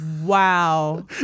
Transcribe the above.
Wow